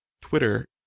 Twitter